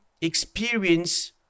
experience